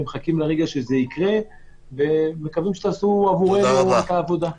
מחכים לרגע שזה יקרה ומקווים שתעשו עבורנו את העבודה.